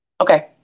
Okay